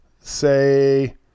say